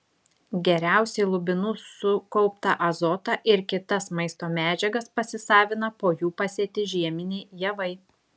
geriausiai lubinų sukauptą azotą ir kitas maisto medžiagas pasisavina po jų pasėti žieminiai javai